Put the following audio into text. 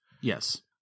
Yes